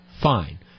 fine